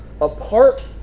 apart